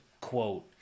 quote